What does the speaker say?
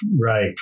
right